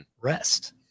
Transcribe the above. rest